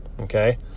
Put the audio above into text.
Okay